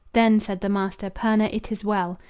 then, said the master, purna, it is well.